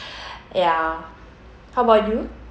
ya how about you